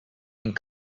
and